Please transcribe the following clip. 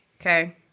Okay